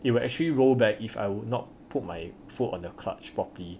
it will actually roll back if I would not put my foot on the clutch properly